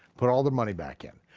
put all the money back in.